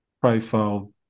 profile